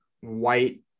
white